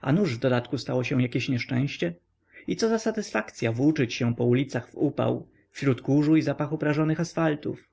a nuż w dodatku stało się jakie nieszczęście i co za satysfakcya włóczyć się po ulicach w upał wśród kurzu i zapachu prażonych asfaltów